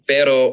Pero